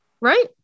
right